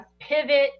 pivot